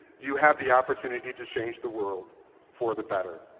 you have the opportunity to change the world for the better.